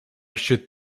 should